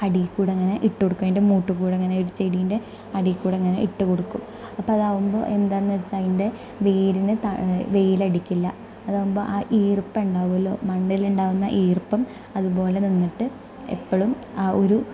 അടിയിൽ കൂടെ അങ്ങനെ ഇട്ട് കൊടുക്കും അതിൻ്റെ മൂട്ടിൽ കൂടെ അങ്ങനെ ചെടിൻ്റെ അടിയിൽ കൂടെ ഇങ്ങനെ ഇട്ട് കൊടുക്കും അപ്പം അതാകുമ്പം എന്താണെന്ന് വച്ചാൽ അതിൻ്റെ വേരിന് ത വെയിലടിക്കില്ല അതാകുമ്പോൾ ആ ഈർപ്പമുണ്ടാകുമല്ലോ മണ്ണിലുണ്ടാകുന്ന ഈർപ്പം അതുപോലെ നിന്നിട്ട് എപ്പോഴും ആ ഒരു